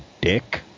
dick